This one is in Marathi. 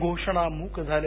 घोषणा मूक झाल्या